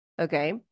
okay